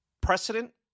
Precedent